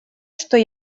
что